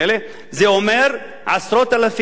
זה אומר שעשרות אלפים,